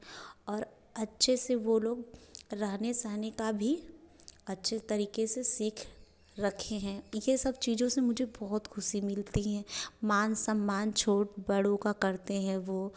और अच्छे से वे लोग रहने सहने का भी अच्छे तरीके से सीख रखे हैं यह सब चीज़ों से मुझे बहुत खुशी मिलती है मान सम्मान छोट बड़ों का करते हैं वे